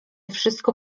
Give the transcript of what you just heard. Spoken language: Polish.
wszystko